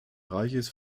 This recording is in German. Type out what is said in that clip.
reiches